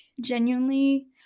genuinely